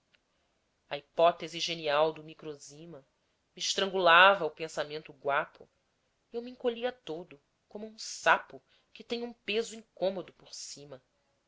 a hipótese genial do microzima me estrangulava o pensamento guapo e eu me encolhia todo como um sapo que tem um peso incômodo por cima